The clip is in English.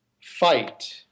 fight